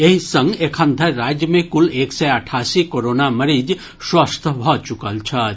एहि संग एखनधरि राज्य मे कुल एक सय अठासी कोरोना मरीज स्वस्थ भऽ च्रकल छथि